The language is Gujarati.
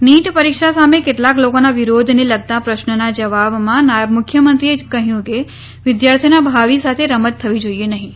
નીટ પરીક્ષા સામે કેટલાંક લોકોના વિરોધને લગતા પ્રશ્નના જવાબમાં નાયબ મુખ્યમંત્રીએ કહ્યું કે વિદ્યાર્થીઓના ભાવિ સાથે રમત થવી જોઈએ નહીં